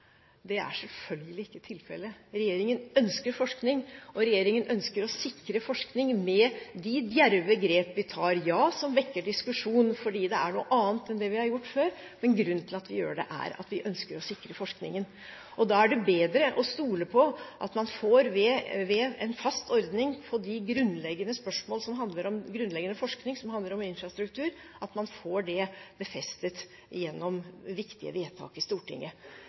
Det er selvfølgelig ikke tilfellet. Regjeringen ønsker forskning, og regjeringen ønsker å sikre forskning med de djerve grep vi tar – ja, som vekker diskusjon, fordi det er noe annet enn det vi har gjort før. Men grunnen til at vi gjør det, er at vi ønsker å sikre forskningen. Da er det bedre å stole på at man ved en fast ordning når det gjelder den grunnleggende forskning som handler om infrastruktur, får det befestet gjennom viktige vedtak i Stortinget.